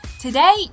Today